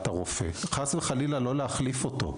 הרופא וחס וחלילה לא להחליף אותו.